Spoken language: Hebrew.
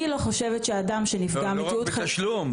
אני לא חושבת שאדם שנפגע --- לא רק בתשלום,